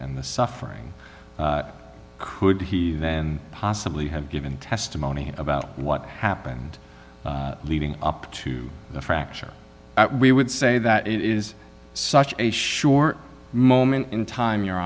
the suffering could he then possibly have given testimony about what happened leading up to the fracture we would say that it is such a short moment in time your